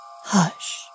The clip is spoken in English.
Hush